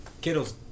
Kittle's